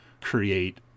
create